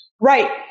Right